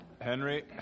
Henry